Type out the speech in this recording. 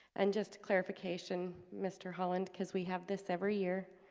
and just clarification mr. holland because we have this every year